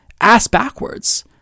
ass-backwards